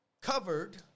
covered